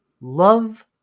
love